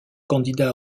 candidats